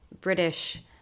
British